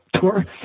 tour